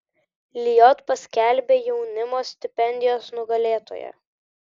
lijot paskelbė jaunimo stipendijos nugalėtoją